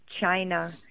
China